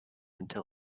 until